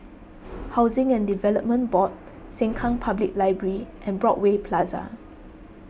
Housing and Development Board Sengkang Public Library and Broadway Plaza